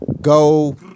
Go